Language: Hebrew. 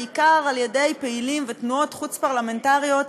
בעיקר על-ידי פעילים ותנועות חוץ-פרלמנטריות,